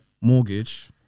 mortgage